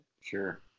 Sure